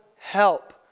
help